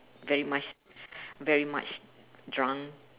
very much very much drunk